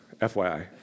FYI